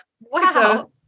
wow